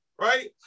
Right